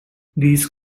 these